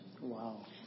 Wow